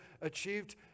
achieved